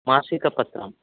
मासिकपत्रं